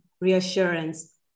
reassurance